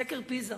בסקר "פיזה",